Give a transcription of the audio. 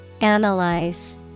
Analyze